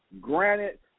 Granite